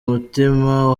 umutima